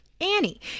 Annie